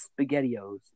SpaghettiOs